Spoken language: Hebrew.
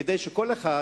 כדי שכל אחד